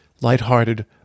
lighthearted